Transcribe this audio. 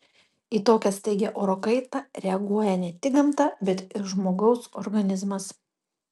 į tokią staigią oro kaitą reaguoja ne tik gamta bet ir žmogaus organizmas